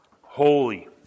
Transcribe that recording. holy